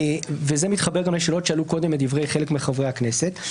וזה מתחבר גם לשאלת שעלו קודם על ידי חלק מחברי הכנסת,